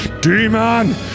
Demon